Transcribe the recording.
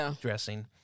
dressing